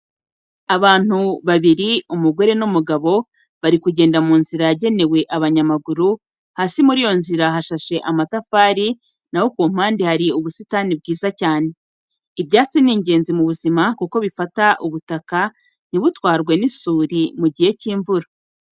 Abantu babiri, umugore n'umugabo bari kugenda mu nzira yagenewe abanyamaguru, hasi muri iyo nzira hashashe amatafari na ho ku mpande hari ubusitani bwiza cyane. Ibyatsi ni ingenzi mu buzima kuko bifata ubutaka ntibutwarwe n'isuri mu gihe cy'imvura.